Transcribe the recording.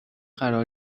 قرار